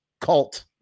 cult